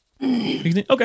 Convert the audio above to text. Okay